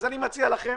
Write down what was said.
אני מציע לכם